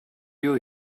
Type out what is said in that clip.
you